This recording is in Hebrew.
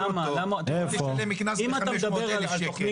למה לשלם קנס של 500,000 שקל?